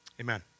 amen